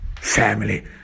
family